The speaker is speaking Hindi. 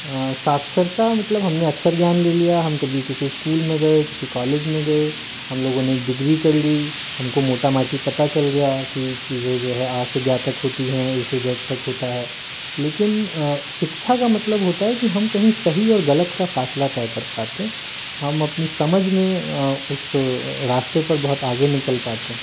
साक्षरता मतलब हमने अक्षर ज्ञान ले लिया हम कभी किसी स्कूल में गए किसी कॉलेज में गए हम लोगों ने डिग्री कर ली हमको मोटा माटी पता चल गया की चीज़ें जो है आ से ज्ञा तक होती है ए से जेड तक होता है लेकिन शिक्षा का मतलब होता है कि हम कहीं सही और गलत का फासला तय कर पाते हम अपनी समझ में उस रास्ते पर बहुत आगे निकाल पाते हैं